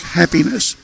happiness